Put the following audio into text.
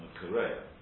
career